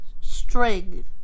string